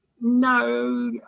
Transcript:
No